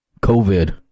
COVID